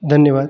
धन्यवाद